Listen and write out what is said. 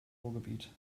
ruhrgebiet